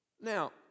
Now